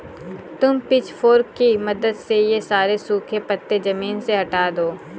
तुम पिचफोर्क की मदद से ये सारे सूखे पत्ते ज़मीन से हटा दो